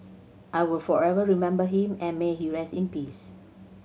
I will forever remember him and may he rest in peace